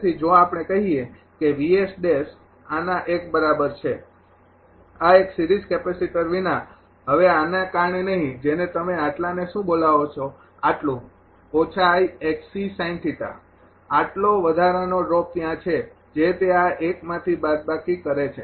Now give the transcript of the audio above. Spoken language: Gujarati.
તેથી જો આપણે કહીએ કે V S ડેશ આના એક બરાબર છે આ એક સિરીઝ કેપેસિટર વિના હવે આના કારણે નહીં જેને તમે આટલાને શું બોલાવો છો આટલું આટલો વધારાનો ડ્રોપ ત્યાં છે જે તે આ ૧ માંથી બાદબાકી કરે છે